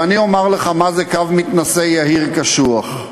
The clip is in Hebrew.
ואני אומר לך מה זה קו מתנשא, יהיר, קשוח.